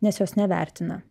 nes jos nevertina